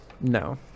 No